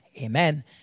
Amen